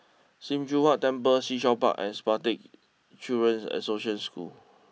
Sim Choon Huat Temple Sea Shell Park and Spastic Children's Association School